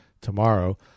tomorrow